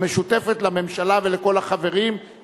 המשותפת לממשלה ולכל החברים,